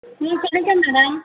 ம் கிடைக்கும் மேடம்